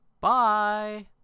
Bye